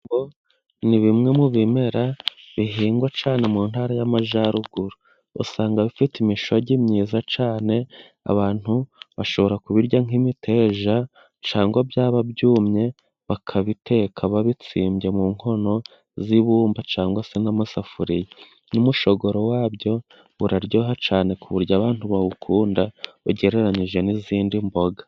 Ibishyimbo ni bimwe mu bimera bihingwa cyane mu Ntara y'Amajyaruguru. Usanga bifite imishogi myiza cyane. Abantu bashobora kubirya nk'imiteja cyangwa byaba byumye bakabiteka babitsimbye mu nkono z'ibumba, cangwe se n'amasafuriya. N'umushogoro wabyo uraryoha cyane ku buryo abantu bawukunda ugereranyije n'izindi mboga.